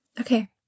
okay